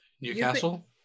Newcastle